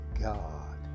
God